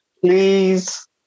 Please